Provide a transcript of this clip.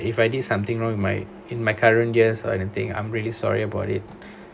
if I did something wrong in my in my current years or anything I'm really sorry about it